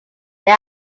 they